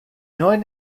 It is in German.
neuen